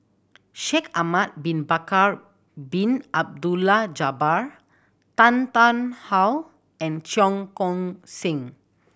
Shaikh Ahmad Bin Bakar Bin Abdullah Jabbar Tan Tarn How and Cheong Koon Seng